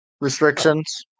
Restrictions